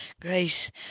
Grace